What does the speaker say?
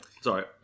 Sorry